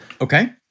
Okay